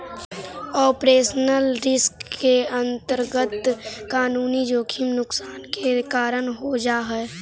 operational risk के अंतर्गत कानूनी जोखिम नुकसान के कारण हो जा हई